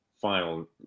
Final